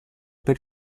per